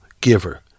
giver